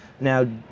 now